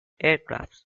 aircraft